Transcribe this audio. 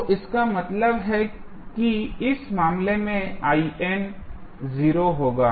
तो इसका मतलब है कि इस मामले में 0 होगा